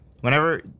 Whenever